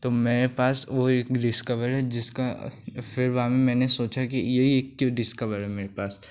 तो मेरे पास वह एक डिस्कवर है जिसका फिर बाद में मैंने सोचा कि यही एक क्यों डिस्कवर है मेरे पास